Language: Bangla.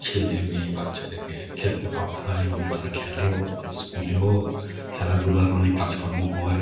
ছেলে মেয়ে বাচ্ছাদেরকে খেলতে পাঠায় এবং তারা খেলেও স্কুলেও খেলাধুলার অনেক কাজকর্ম হয়